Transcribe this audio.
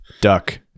Duck